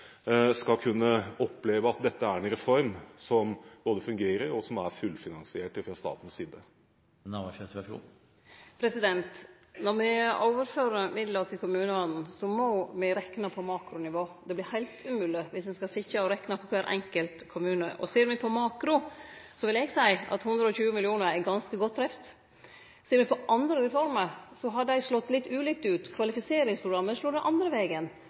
skal kunne oppleve at dette er en reform som både fungerer, og som er fullfinansiert fra statens side? Når me overfører midlar til kommunane, må me rekne på makronivå. Det vert heilt umogleg viss ein skal sitje og rekne på kvar enkelt kommune. Og ser me på makro, vil eg seie at 120 mill. kr er ganske godt treft. Ser me på andre reformer, har dei slått litt ulikt ut. Kvalifiseringsprogrammet slår den andre vegen.